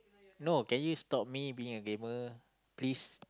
no can you stop me being a gamer please